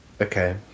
Okay